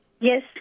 Yes